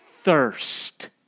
thirst